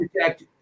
protect